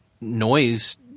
noise